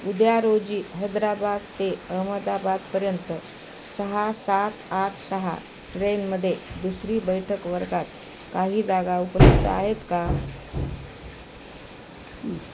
उद्या रोजी हैद्राबाद ते अहमदाबादपर्यंत सहा सात आठ सहा ट्रेनमध्ये दुसरी बैठक वर्गात काही जागा उपलब्ध आहेत का